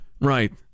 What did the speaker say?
Right